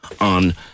on